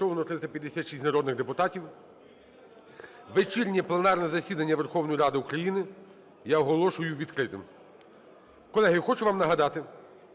відкритим.